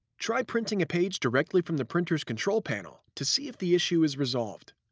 try printing a page directly from the printer's control panel to see if the issue is resolved.